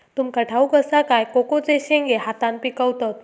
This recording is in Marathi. तुमका ठाउक असा काय कोकोचे शेंगे हातान पिकवतत